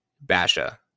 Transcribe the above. Basha